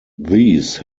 these